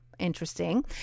Interesting